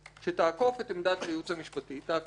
שתעקוף את עמדת הייעוץ המשפטי, תעקוף את הממשלה,